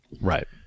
Right